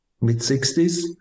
mid-60s